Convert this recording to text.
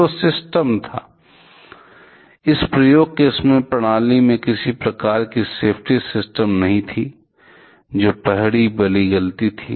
तो सिस्टम था इस प्रयोग के समय प्रणाली में किसी भी प्रकार की सेफ्टी सिस्टम नहीं थी जो पहली बड़ी गलती थी